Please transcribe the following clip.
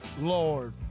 Lord